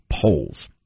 polls